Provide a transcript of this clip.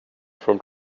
from